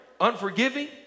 unforgiving